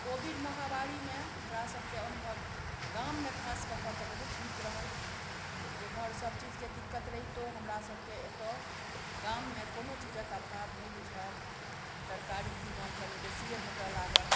Covid महामारी मे हमरा सबके अनुभव गाम मे खास कऽ कऽ तऽ बहुत नीक रहल एमहर सबचीज के दिक्कत रहितो हमरा सबके गाम मे कोनो चीजक अभाव नहि बुझायल तरकारी तिमन कनी बेसिये भेटय लागल